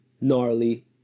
gnarly